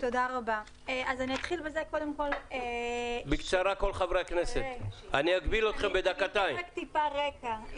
בואו ניתן מכסה לכל מי שירצה לבנות לול מעוף.